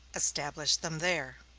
established them there.